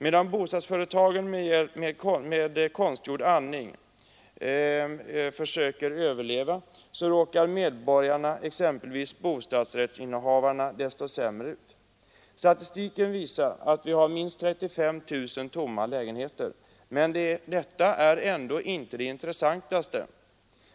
Medan bostadsföretagen hjälps med konstgjord andning, så råkar medborgarna, exempelvis bostadsrättsinnehavarna, desto värre ut. Statistiken visar att vi har minst 35 000 tomma lägenheter, men det är ändå inte det intressantaste.